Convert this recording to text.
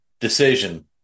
decision